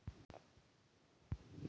कर से देशोत विकासेर नया तेज़ी वोसोहो